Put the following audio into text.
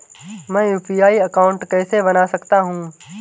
मैं UPI account कैसे बना सकता हूं?